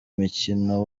mukino